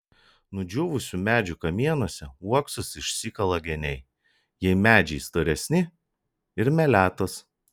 nudžiūvusių medžių kamienuose uoksus išsikala geniai jei medžiai storesni ir meletos